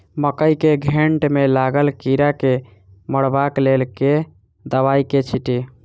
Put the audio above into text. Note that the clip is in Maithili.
मकई केँ घेँट मे लागल कीड़ा केँ मारबाक लेल केँ दवाई केँ छीटि?